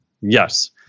Yes